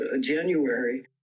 January